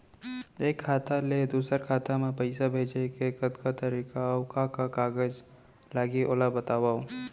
एक खाता ले दूसर खाता मा पइसा भेजे के कतका तरीका अऊ का का कागज लागही ओला बतावव?